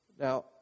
Now